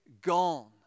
gone